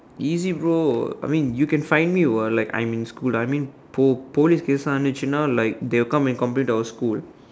easy bro I mean you can find me while like I'm in school lah I mean po~ police cases unintentional like they will come and complain to our school